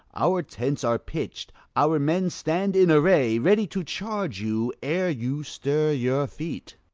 our tents are pitch'd, our men stand in array, ready to charge you ere you stir your feet.